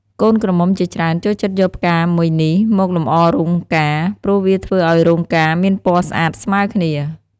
កូនក្រមុំជាច្រើនចូលចិត្តយកផ្កាមួយនេះមកលម្អរោងការ ព្រោះវាធ្វើឲ្យរោងការមានពណ៌ស្អាតស្មើរគ្នា។